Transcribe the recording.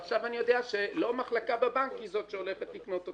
ועכשיו אני יודע שלא מחלקה בבנק היא זאת שהולכת לקנות אותן,